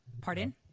Pardon